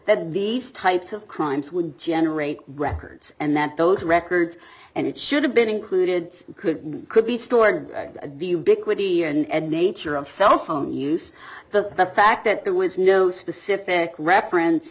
that these types of crimes would generate records and that those records and it should have been included could mean could be stored and nature of cellphone use the fact that there was no specific reference